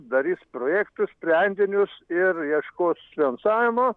darys projektus sprendinius ir ieškos finansavimo